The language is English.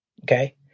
Okay